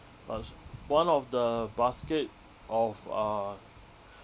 was one of the basket of uh